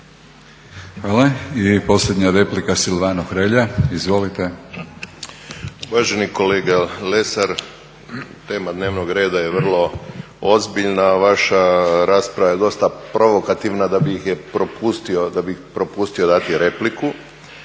Hvala. I posljednja replika Silvano Hrelja. Izvolite.